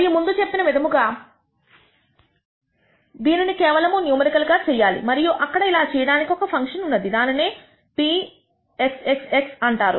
మరియు ముందు చెప్పిన ఈ విధముగా దీనిని కేవలము న్యూమరికల్ గా చేయాలి మరియు అక్కడ ఇలా చేయడానికి ఒక ఫంక్షన్ ఉన్నది దానిని pxxxఅంటారు